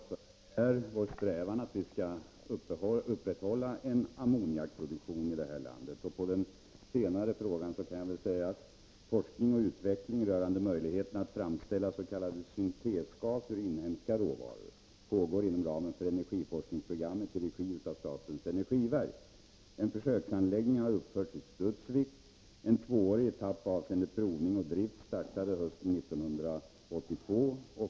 Herr talman! Som jag angav i mitt svar är vår strävan att vi skall upprätthålla en ammoniakproduktion i vårt land. Som svar på den senast ställda frågan vill jag säga att forskning och utveckling rörande möjligheterna att framställa s.k. syntesgas ur inhemska råvaror pågår inom ramen för energiforskningsprogrammet i regi av statens energiverk. En försöksanläggning har uppförts i Studsvik. En tvåårig etapp avseende provning och drift startade hösten 1982.